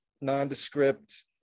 nondescript